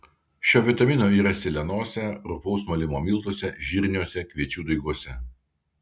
šio vitamino yra sėlenose rupaus malimo miltuose žirniuose kviečių daiguose